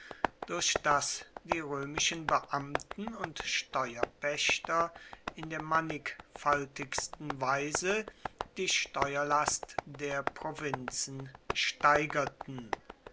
durch das die römischen beamten und steuerpächter in der mannigfaltigsten weise die steuerlast der provinzen steigerten